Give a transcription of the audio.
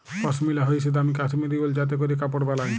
পশমিলা হইসে দামি কাশ্মীরি উল যাতে ক্যরে কাপড় বালায়